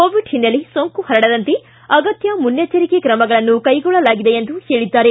Covid ಹಿನ್ನೆಲೆ ಸೋಂಕು ಹರಡದಂತೆ ಅಗತ್ಯ ಮುನ್ನೆಚ್ಚರಿಕೆ ಕ್ರಮಗಳನ್ನು ಕೈಗೊಳ್ಳಲಾಗುವುದು ಎಂದು ಹೇಳಿದ್ದಾರೆ